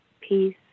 peace